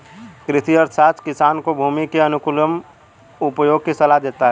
कृषि अर्थशास्त्र किसान को भूमि के अनुकूलतम उपयोग की सलाह देता है